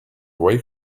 away